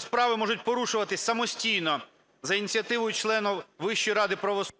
справи можуть порушуватись самостійно за ініціативою члена Вищої ради правосуддя…